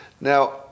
Now